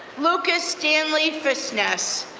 lucas stanley fisness,